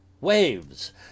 waves